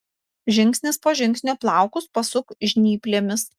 žingsnis po žingsnio plaukus pasuk žnyplėmis